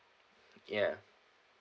ya